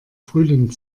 frühling